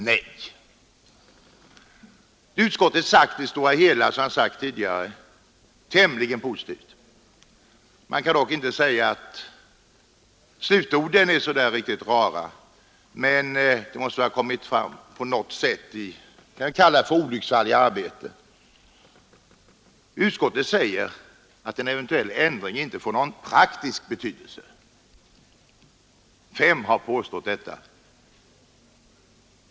Det utskottet sagt är, som jag tidigare nämnt, i det stora hela positivt. Man kan dock inte säga att slutorden är så där riktigt rara. Men det kan kanske betraktas som ett ”olycksfall i arbetet”. Utskottet säger att en eventuell ändring inte får någon praktisk betydelse. Nej, vem har påstått det?